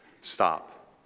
Stop